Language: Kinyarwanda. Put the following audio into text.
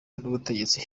n’ubutegetsi